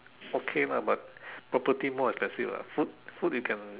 okay lah but property more expensive lah food food you can